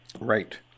Right